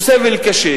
הוא סבל קשה,